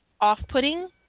off-putting